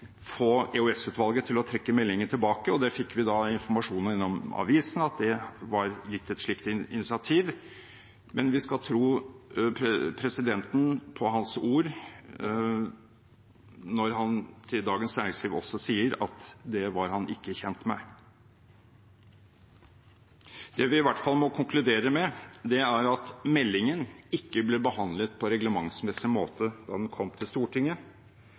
få EOS-utvalget til å trekke meldingen tilbake. Vi fikk da informasjon gjennom avisene om at det var gjort et slikt initiativ. Men vi skal tro presidenten på hans ord når han til Dagens Næringsliv også sier at det var han ikke kjent med. Det vi i hvert fall må konkludere med, er at meldingen ikke ble behandlet på reglementsmessig måte da den kom til Stortinget.